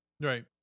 right